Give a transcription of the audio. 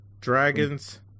Dragons